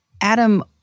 Adam